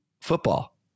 football